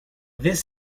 this